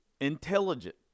intelligent